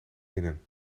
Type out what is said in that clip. binnen